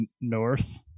north